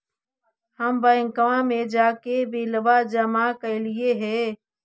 हम बैंकवा मे जाके बिलवा जमा कैलिऐ हे?